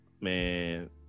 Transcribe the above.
man